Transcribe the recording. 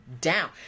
down